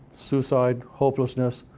suicide, hopelessness.